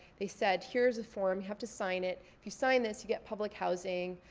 they said, here's a form, you have to sign it. if you sign this, you get public housing.